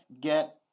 get